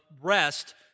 rest